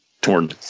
torn